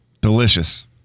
Delicious